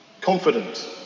Confident